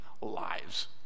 lives